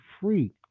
free